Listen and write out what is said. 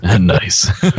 Nice